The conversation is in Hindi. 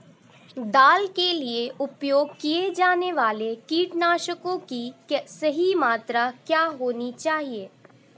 दाल के लिए उपयोग किए जाने वाले कीटनाशकों की सही मात्रा क्या होनी चाहिए?